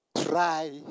Try